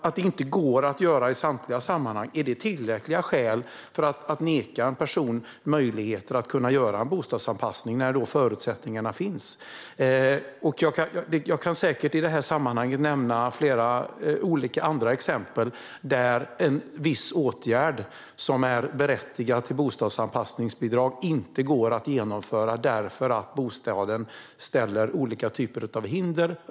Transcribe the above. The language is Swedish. Att det inte går att göra i samtliga sammanhang, är det tillräckliga skäl att neka en person möjligheten att kunna göra en bostadsanpassning när förutsättningarna finns? Jag kan säkert nämna flera andra exempel där en viss åtgärd som är berättigad till bostadsanpassningsbidrag inte går att vidta därför att bostaden ställer upp olika typer av hinder.